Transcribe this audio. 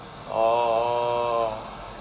oh